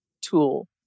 tool